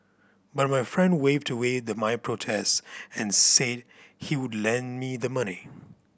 but my friend waved away my protest and said he would lend me the money